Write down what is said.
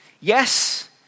yes